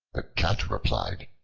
the cat replied,